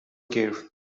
gear